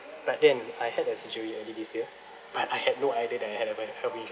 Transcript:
but then I had the surgery early this year but I had no idea that I had a ve~ health insurance